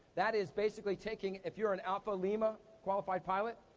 that is basically taking, if you're an alpha lima qualified pilot,